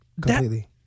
completely